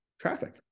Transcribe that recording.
traffic